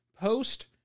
post